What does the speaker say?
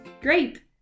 Great